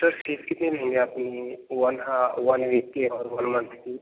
sir fees कितनी लेंगे आप वन हाँ वन वीक की और वन मंथ की